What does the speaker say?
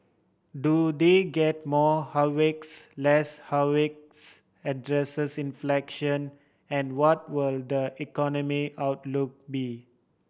do they get more hawkish less hawkish addresses inflation and what will the economic outlook be